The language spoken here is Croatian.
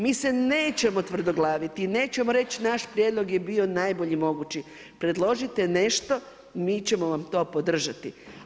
Mi se nećemo tvrdoglaviti i nećemo reći naš prijedlog je bio najbolji mogući, predložite nešto, mi ćemo vam to podržati.